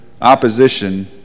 opposition